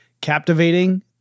captivating